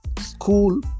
school